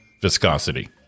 viscosity